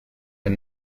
del